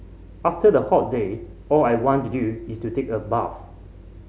after a hot day all I want to do is to take a bath